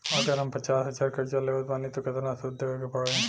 अगर हम पचास हज़ार कर्जा लेवत बानी त केतना सूद देवे के पड़ी?